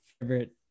favorite